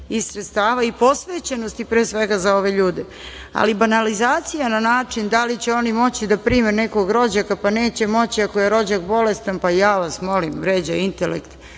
i sredstava i posvećenosti pre svega za ove ljude. Ali, banalizacija na način da li će oni moći da prime nekog rođaka, pa neće moći ako je rođak bolestan, pa, ja vas molim, vređa intelekt